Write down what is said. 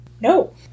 No